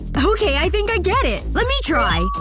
but okay i think i get it! let me try!